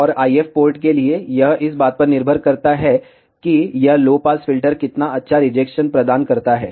और IF port के लिए यह इस बात पर निर्भर करता है कि यह लो पास फ़िल्टर कितना अच्छा रिजेक्शन प्रदान करता है